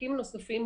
עסקים נוספים,